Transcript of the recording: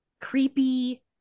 creepy